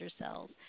cells